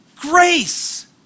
grace